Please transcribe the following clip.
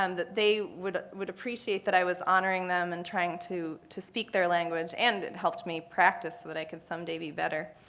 um that they would would appreciate that i was honoring them and trying to to speak their language, and it helped me practice so that i could some day be better.